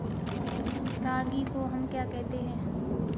रागी को हम क्या कहते हैं?